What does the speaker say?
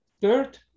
third